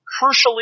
crucially